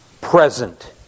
present